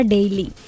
Daily